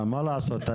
מה לעשות,